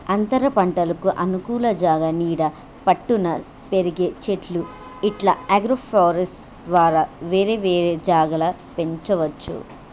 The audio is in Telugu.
అంతరపంటలకు అనుకూల జాగా నీడ పట్టున పెరిగే చెట్లు ఇట్లా అగ్రోఫారెస్ట్య్ ద్వారా వేరే వేరే జాగల పెంచవచ్చు